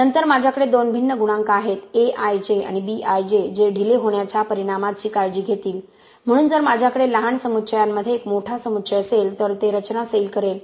नंतर माझ्याकडे दोन भिन्न गुणांक आहेत A i j आणि B i j जे ढिले होण्याच्या परिणामाची काळजी घेतील म्हणून जर माझ्याकडे लहान समुच्चयांमध्ये एक मोठा समुच्चय असेल तर ते रचना सैल करेल